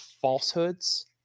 falsehoods